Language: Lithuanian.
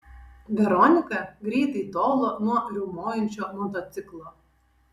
veronika greitai tolo nuo riaumojančio motociklo